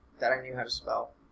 that i knew how to spell